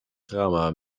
drama